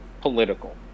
political